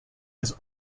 his